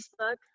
Facebook